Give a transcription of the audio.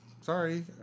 Sorry